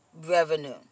revenue